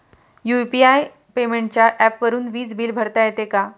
UPI पेमेंटच्या ऍपवरुन वीज बिल भरता येते का?